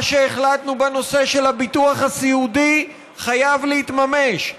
מה שהחלטנו בנושא של הביטוח הסיעודי חייב להתממש.